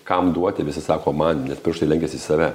kam duoti visi sako man nes pirštai lenkias į save